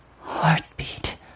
heartbeat